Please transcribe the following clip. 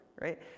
Right